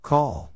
Call